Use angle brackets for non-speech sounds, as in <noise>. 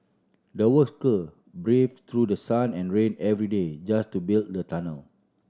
the <unintelligible> braved through the sun and rain every day just to build the tunnel